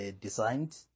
designed